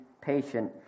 patient